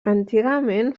antigament